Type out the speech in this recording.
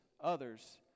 others